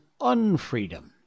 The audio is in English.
unfreedom